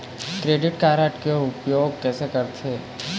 Credit card के उपयोग कैसे करथे?